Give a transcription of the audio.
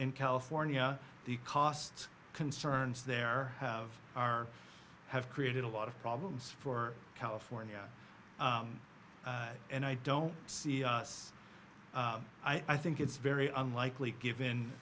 in california the cost concerns there have are have created a lot of problems for california and i don't see us i think it's very unlikely given